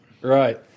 right